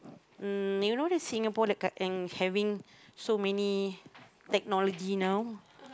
mm you know the Singapore like the having so many technology now